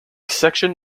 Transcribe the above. section